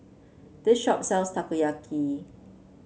this shop sells Takoyaki